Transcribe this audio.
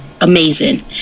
amazing